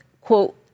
quote